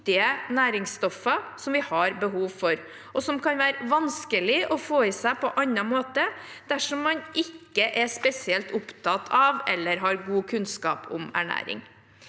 næringsstoffer som vi har behov for, og som kan være vanskelige å få i seg på annen måte dersom man ikke er spesielt opptatt av eller har god kunnskap om ernæring.